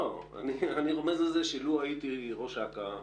לא, אני רומז לזה שלו הייתי ראש אכ"א,